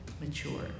mature